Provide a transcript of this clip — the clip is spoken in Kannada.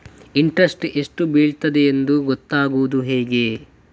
ಇಂಟ್ರೆಸ್ಟ್ ಎಷ್ಟು ಬೀಳ್ತದೆಯೆಂದು ಗೊತ್ತಾಗೂದು ಹೇಗೆ?